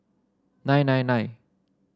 nine nine nine